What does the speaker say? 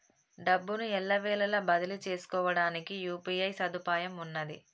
డబ్బును ఎల్లవేళలా బదిలీ చేసుకోవడానికి యూ.పీ.ఐ సదుపాయం ఉన్నది